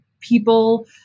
people